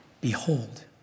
Behold